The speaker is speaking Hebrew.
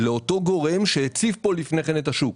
לאותו גורם שהציף פה לפני כן את השוק.